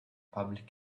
public